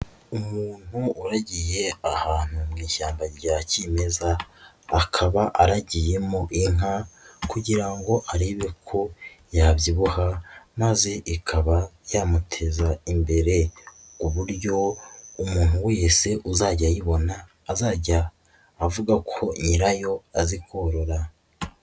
Umuntu uragiye ahantu mu ishyamba rya kimeza, akaba aragiyemo inka kugira ngo arebe ko yabyibuha maze ikaba yamuteza imbere, ku buryo umuntu wese uzajya ayibona azajya avuga ko nyirayo azi korora.